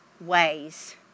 ways